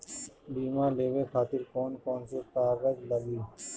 बीमा लेवे खातिर कौन कौन से कागज लगी?